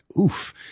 oof